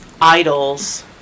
idols